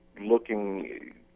looking